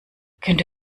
könnte